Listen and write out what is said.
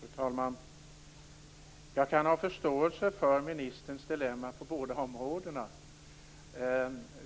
Fru talman! Jag kan ha förståelse för ministerns dilemma på båda områdena.